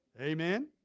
Amen